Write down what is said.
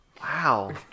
Wow